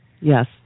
Yes